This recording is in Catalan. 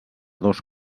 dos